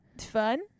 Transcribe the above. fun